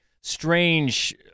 strange